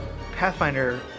Pathfinder